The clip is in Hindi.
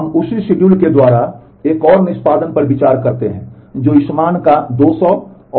अब हम उसी शिड्यूल द्वारा एक और निष्पादन पर विचार करते हैं जो इस मान का 200 और 100 का उपयोग करता है